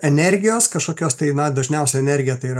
energijos kažkokios tai na dažniausiai energija tai yra